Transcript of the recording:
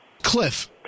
Cliff